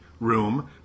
room